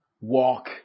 walk